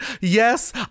Yes